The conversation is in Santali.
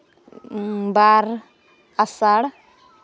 ᱵᱟᱨ ᱟᱥᱟᱲ